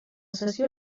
sessió